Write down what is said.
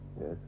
Yes